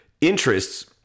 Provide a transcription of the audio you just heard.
interests